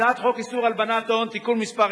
הצעת חוק איסור הלבנת הון (תיקון מס'